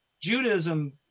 Judaism